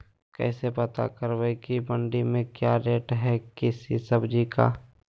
कैसे पता करब की मंडी में क्या रेट है किसी सब्जी का?